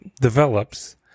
develops